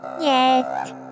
Yes